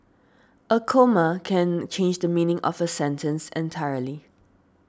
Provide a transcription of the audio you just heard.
a comma can change the meaning of a sentence entirely